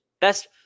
Best